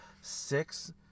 six